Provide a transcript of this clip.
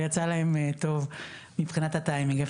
אבל יצא להם טוב מבחינת הטיימינג.